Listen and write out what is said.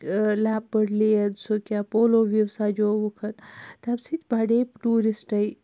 لیمپٔڈ لین سُہ کیٛاہ پولو وِیوٗ سَجووُکھ تَمہِ سٍتۍ بَڈے ٹوٗرِسٹٕے